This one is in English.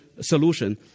solution